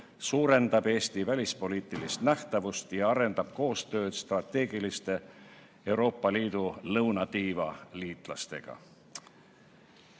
suurendab Eesti välispoliitilist nähtavust ja arendab koostööd strateegiliste Euroopa Liidu lõunatiiva liitlastega. Vabariigi